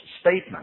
statement